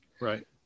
Right